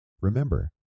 Remember